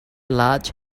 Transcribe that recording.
large